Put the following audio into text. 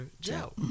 joe